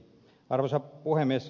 arvoisa puhemies